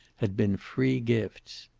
had been free gifts.